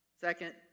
Second